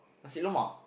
nasi lemak